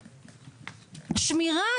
שמירה,